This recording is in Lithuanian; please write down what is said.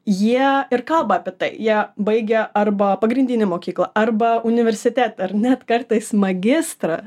jie ir kalba apie tą ją baigę arba pagrindinę mokyklą arba universitetą ar net kartais magistrą